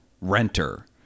renter